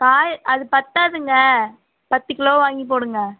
கா அது பத்தாதுங்க பத்து கிலோ வாங்கி போடுங்கள்